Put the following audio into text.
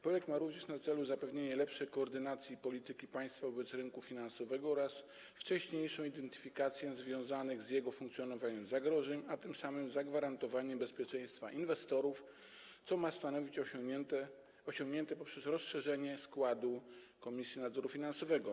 Projekt ma również na celu zapewnienie lepszej koordynacji polityki państwa wobec rynku finansowego oraz wcześniejszą identyfikację związanych z jego funkcjonowaniem zagrożeń, a tym samym zagwarantowanie bezpieczeństwa inwestorom, co ma zostać osiągnięte poprzez rozszerzenie składu Komisji Nadzoru Finansowego.